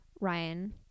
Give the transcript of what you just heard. Ryan